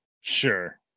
Sure